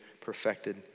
perfected